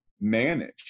manage